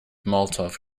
molotov